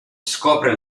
scopre